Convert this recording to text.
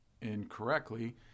incorrectly